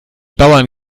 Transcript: bauern